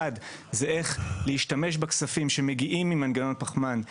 אחת, איך להשתמש בכספים שמגיעים ממנגנון הפחמן,